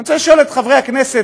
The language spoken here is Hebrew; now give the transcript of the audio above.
אני רוצה לשאול את חברי הכנסת,